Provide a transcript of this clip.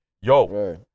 Yo